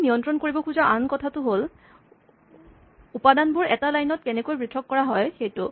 আমি নিয়ন্ত্ৰণ কৰিব খোজা আনটো কথা হ'ল উপাদানবোৰ এটা লাইন ত কেনেকৈ পৃথক কৰা হয় সেইটো